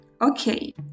Okay